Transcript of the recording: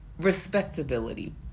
Respectability